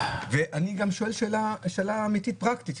אני שואל שאלה אמיתית פרקטית,